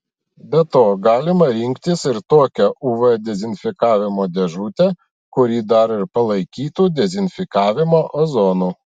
be to galima rinktis ir tokią uv dezinfekavimo dėžutę kuri dar ir palaikytų dezinfekavimą ozonu